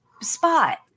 spot